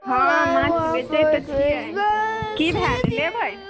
हाँ माछ बेचै तऽ छियै की भए गेल लेबै